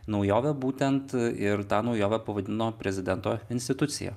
naujovę būtent ir tą naujovę pavadino prezidento institucija